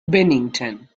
bennington